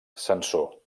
censor